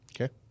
Okay